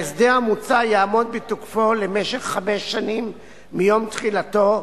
ההסדר המוצע יעמוד בתוקפו למשך חמש שנים מיום תחילתו,